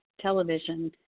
television